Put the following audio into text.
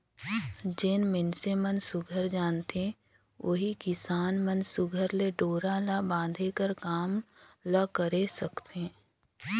जेन मइनसे मन सुग्घर जानथे ओही किसान मन सुघर ले डोरा ल बांधे कर काम ल करे सकथे